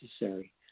necessary